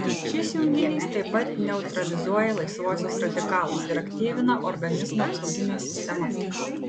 šis junginys taip pat neutralizuoja laisvuosius radikalus ir aktyvina organizmo apsaugines sistemas